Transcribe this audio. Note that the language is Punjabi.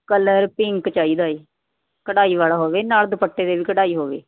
ਕਲਰ ਪਿੰਕ ਚਾਹੀਦਾ ਹੈ ਕਢਾਈ ਵਾਲਾ ਹੋਵੇ ਨਾਲ ਦੁਪੱਟੇ ਦੇ ਵੀ ਕਢਾਈ ਹੋਵੇ